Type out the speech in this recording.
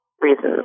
reasons